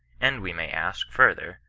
and we may ask, further,